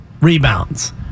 rebounds